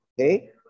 okay